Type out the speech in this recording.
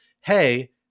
hey